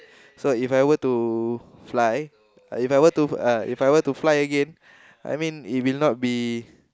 so If I were to fly If I were to uh If I were to fly Again I mean it will not be